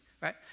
right